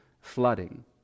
flooding